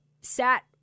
sat